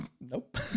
Nope